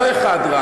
לא רק אחד.